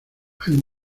hay